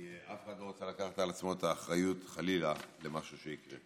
כי אף אחד לא רוצה לקחת על עצמו את האחריות למשהו שיקרה,